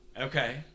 Okay